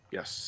Yes